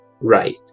right